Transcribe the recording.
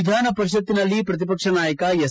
ವಿಧಾನ ಪರಿಷತ್ನಲ್ಲಿ ಪ್ರತಿಪಕ್ಷ ನಾಯಕ ಎಸ್